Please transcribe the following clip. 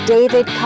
David